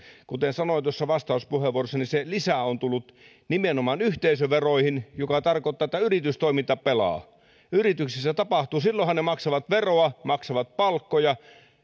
kuten sanoin tuossa vastauspuheenvuorossani se lisä on tullut nimenomaan yhteisöveroihin mikä tarkoittaa että yritystoiminta pelaa yrityksissä tapahtuu silloinhan ne maksavat veroa maksavat palkkoja